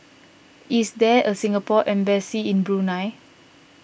is there a Singapore Embassy in Brunei